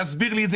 תסביר לי את זה.